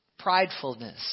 Pridefulness